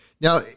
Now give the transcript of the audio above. Now